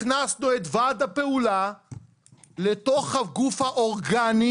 הכנסנו את ועד הפעולה לתוך הגוף האורגני